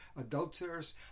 adulterers